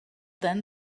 then